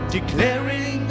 declaring